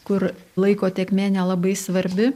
kur laiko tėkmė nelabai svarbi